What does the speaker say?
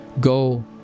Go